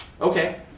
Okay